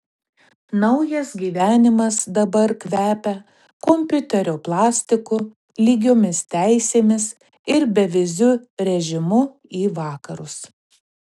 naujas gyvenimas dabar kvepia kompiuterio plastiku lygiomis teisėmis ir beviziu režimu į vakarus